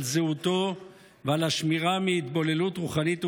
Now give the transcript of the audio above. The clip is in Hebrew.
זהותו ועל השמירה מהתבוללות רוחנית ופיזית.